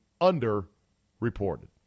under-reported